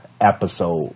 episode